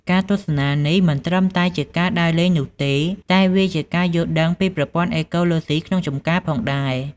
ការទស្សនានេះមិនត្រឹមតែជាការដើរលេងនោះទេ តែវាជាការយល់ដឹងពីប្រព័ន្ធអេកូឡូស៊ីក្នុងចម្ការផងដែរ។